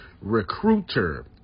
Recruiter